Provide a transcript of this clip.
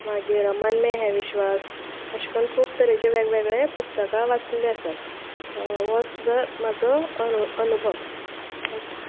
मागीर मन में है विस्वास अशे करून खूब तरेचे वेगवेगळे पुस्तकां वाचल्लीं आसात हो जर म्हाजो अ अनुभव थँक्यू